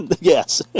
Yes